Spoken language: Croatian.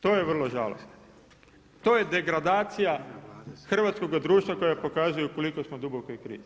To je vrlo žalosno, to je degradacija hrvatskoga društva koja pokazuje u koliko smo dubokoj krizi.